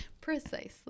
Precisely